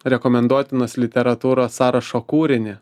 rekomenduotinos literatūros sąrašo kūrinį